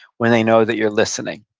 when they know that you're listening.